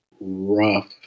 rough